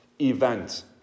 event